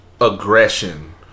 aggression